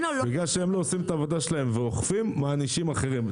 בגלל שהם לא עושים את העבודה שלהם ואוכפים מענישים אחרים.